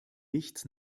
nichts